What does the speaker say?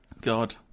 God